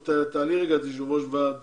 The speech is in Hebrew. תעלי רגע את יושב-ראש ועד